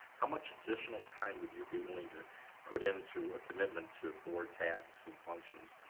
how much additional time would you be willing to put in to a commitment to board tasks and functions?